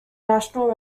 national